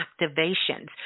activations